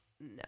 No